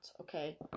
okay